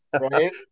Right